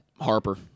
Harper